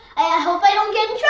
i hope i don't get